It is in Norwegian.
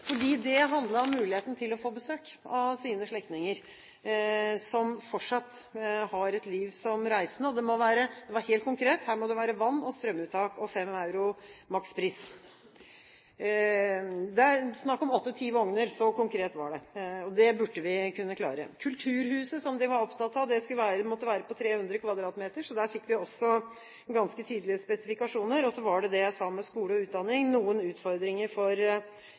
om muligheten til å få besøk av sine slektninger som fortsatt har et liv som reisende, og det var helt konkret: Her måtte det være vann og strømuttak og makspris på 5 euro. Det var snakk om åtte–ti vogner – så konkret var det. Det burde vi kunne klare. Kulturhuset som de var opptatt av, måtte være på 300 m2, så der fikk vi også ganske tydelige spesifikasjoner. Så var det det jeg sa om skole og utdanning, der det var noen utfordringer for